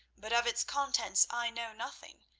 but of its contents i know nothing.